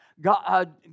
God